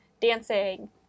dancing